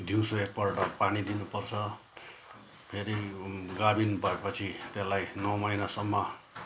दिउँसो एकपल्ट पानी दिनुपर्छ फेरि गाभिनो भएपछि त्यसलाई नौ महिनासम्म